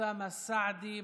אוסאמה סעדי.